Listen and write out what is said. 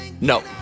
No